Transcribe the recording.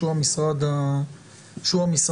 שהוא המשרד המציע.